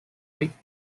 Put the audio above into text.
quake